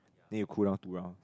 then you cool down two round